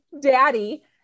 daddy